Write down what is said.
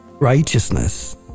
righteousness